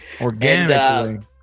Organically